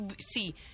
See